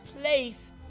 place